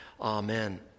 Amen